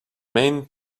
main